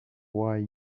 why